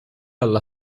alla